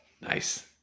Nice